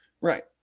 right